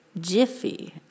jiffy